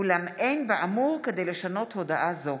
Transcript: אולם אין באמור כדי לשנות הודעה זו.